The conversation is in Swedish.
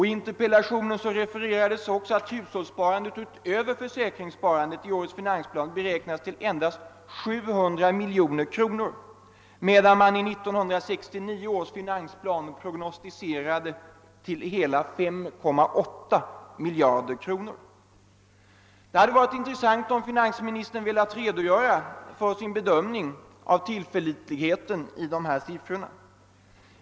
I interpellationen hänvisades också till att hushållssparandet utöver försäkringssparandet i årets finansplan beräknades till 700 miljoner kronor, medan man i 1969 års finansplan hade gjort en prognos som slutade på hela 5,8 miljarder kronor. Det hade varit intressant om finansministern hade velat redogöra för tillförlitligheten i dessa siffror.